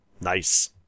Nice